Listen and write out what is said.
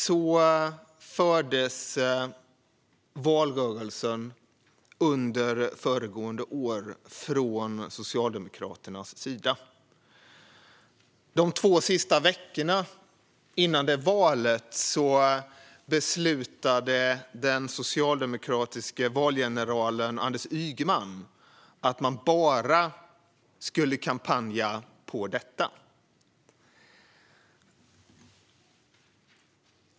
Så fördes argumentationen i valrörelsen under föregående år från Socialdemokraternas sida. De två sista veckorna innan valet beslutade den socialdemokratiske valgeneralen Anders Ygeman att man bara skulle kampanja på detta tema.